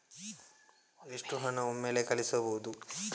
ಎಷ್ಟು ಹಣ ಒಮ್ಮೆಲೇ ಕಳುಹಿಸಬಹುದು?